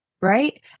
right